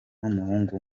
n’umuhungu